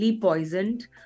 poisoned